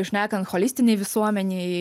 šnekant holistinėj visuomenėj